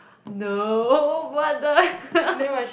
no what the hell